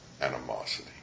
animosity